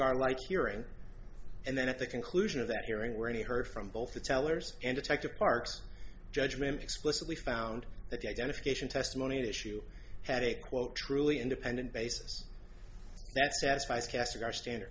god like hearing and then at the conclusion of that hearing were any heard from both the tellers and effective part judgment explicitly found that the identification testimony tissue had a quote truly independent basis that satisfies cassock our standard